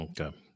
okay